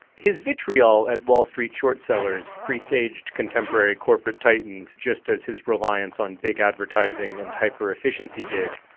his vitriol at wall street shortsellers presaged contemporary corporate titans just as his reliance on big advertising and hyper-efficiency did.